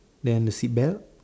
then the seat belt